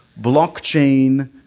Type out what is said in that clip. blockchain